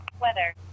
Weather